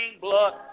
blood